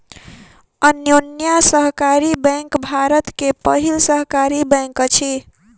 Anyonya Sahakari bank Bharat के पहिल सहकारी बैंक अछि